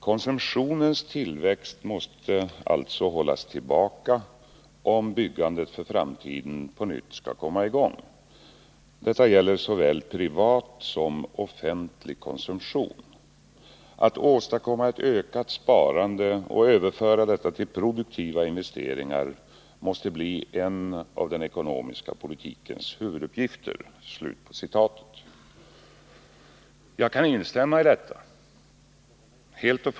Konsumtionens tillväxt måste alltså hållas tillbaka om byggandet för framtiden på nytt skall kunna komma igång. Detta gäller såväl privat som cffentlig konsumtion. Att åstadkomma ett ökat sparande och överföra detta till produktiva investeringar måste bli en av den ekonomiska politikens huvuduppgiftwr," Jag kan helt och fullt instämma i detta.